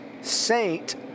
saint